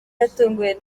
yatunguwe